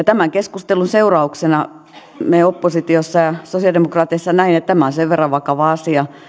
tämän keskustelun seurauksena me oppositiossa ja sosialidemokraateissa näimme että tämä on sen verran vakava asia